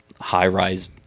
high-rise